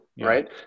right